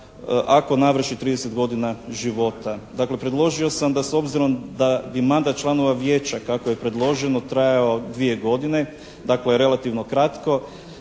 "ako navrši 30 godina života". Dakle, predložio sam da s obzirom da bi mandat članova Vijeća, kako je predloženo, trajao 2 godine, dakle, relativno kratko.